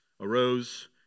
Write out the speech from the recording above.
arose